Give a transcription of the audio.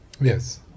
Yes